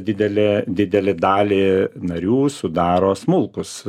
didelę didelę dalį narių sudaro smulkūs